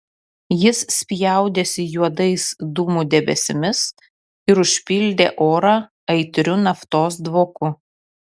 jis spjaudėsi juodais dūmų debesimis ir užpildė orą aitriu naftos dvoku